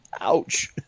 ouch